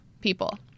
people